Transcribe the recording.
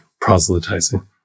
proselytizing